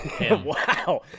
Wow